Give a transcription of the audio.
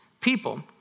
people